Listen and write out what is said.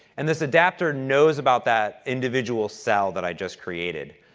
and this adapter knows about that individual cell that i just created.